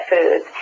foods